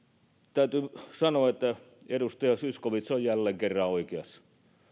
täytyy sanoa että edustaja zyskowicz on jälleen kerran oikeassa